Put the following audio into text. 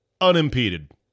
unimpeded